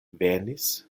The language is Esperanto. venis